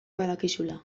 badakizula